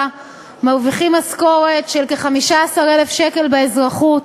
מרוויחים משכורת של כ-15,000 שקל באזרחות